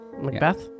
Macbeth